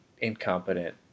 incompetent